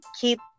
keep